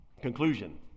Conclusion